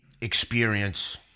experience